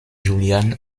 julian